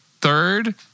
third